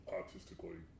artistically